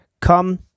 Come